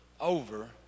over